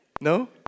No